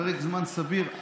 פרק זמן סביר.